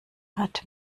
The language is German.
hat